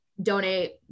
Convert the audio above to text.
donate